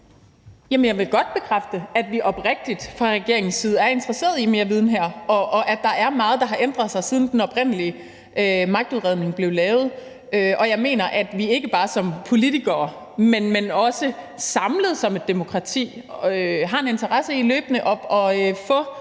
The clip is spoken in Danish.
jeg vil godt bekræfte, at vi fra regeringens side er oprigtigt interesseret i mere viden her, og at der er meget, der har ændret sig, siden den oprindelige magtudredning blev lavet. Og jeg mener, at vi ikke bare som politikere, men også samlet som et demokrati har en interesse i løbende at få